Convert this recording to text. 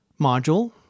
module